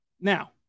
now